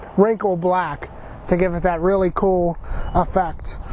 wrinkle black to give it that really cool effect.